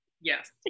Yes